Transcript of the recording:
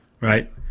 Right